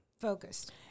focused